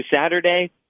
saturday